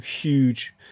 huge